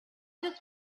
just